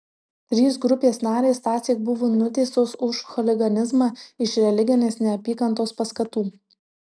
trys grupės narės tąsyk buvo nuteistos už chuliganizmą iš religinės neapykantos paskatų